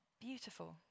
Beautiful